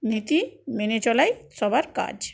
নীতি মেনে চলাই সবার কাজ